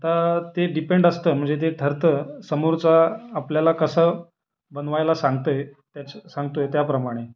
आता ते डिपेंड असतं म्हणजे ते ठरतं समोरचा आपल्याला कसं बनवायला सांगत आहे त्याच्या सांगतो आहे त्याप्रमाणे